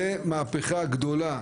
זו מהפכה גדולה,